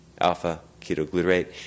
alpha-ketoglutarate